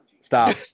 Stop